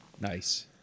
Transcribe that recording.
Nice